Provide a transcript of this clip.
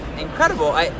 incredible